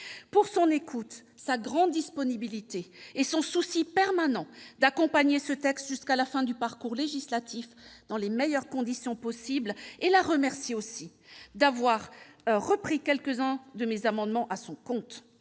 de son écoute, de sa grande disponibilité et de son souci permanent d'accompagner ce texte jusqu'à la fin du parcours législatif dans les meilleures conditions possible. Je la remercie également d'avoir repris à son compte quelques-uns de mes amendements. Le texte